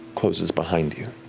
closes behind you.